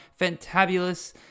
fantabulous